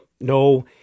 No